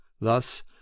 thus